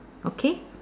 okay